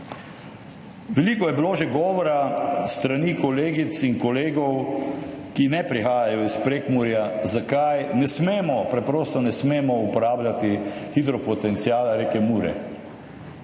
Veliko je bilo že govora s strani kolegic in kolegov, ki ne prihajajo iz Prekmurja, zakaj ne smemo, preprosto ne smemo uporabljati hidropotenciala reke Mure.